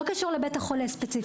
לבית החולה ספציפית.